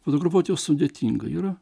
fotografuoti jau sudėtinga yra